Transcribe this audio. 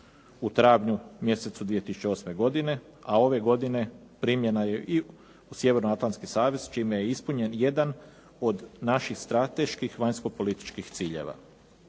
u travnju mjesecu 2008. godine, a ove godine primljena je i u Sjevernoatlantski savez, čime je ispunjen jedan od naših strateških vanjskopolitičkih ciljeva.